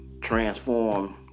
transform